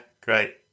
great